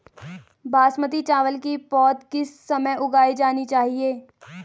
बासमती चावल की पौध किस समय उगाई जानी चाहिये?